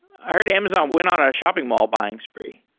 i heard amazon went on a shopping mall buying spree.